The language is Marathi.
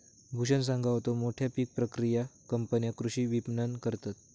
भूषण सांगा होतो, मोठ्या पीक प्रक्रिया कंपन्या कृषी विपणन करतत